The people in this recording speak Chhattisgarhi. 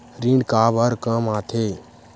ऋण काबर कम आथे?